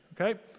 Okay